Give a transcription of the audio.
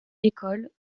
école